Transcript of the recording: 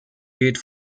geht